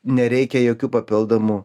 nereikia jokių papildomų